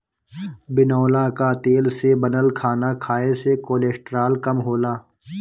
बिनौला कअ तेल से बनल खाना खाए से कोलेस्ट्राल कम होला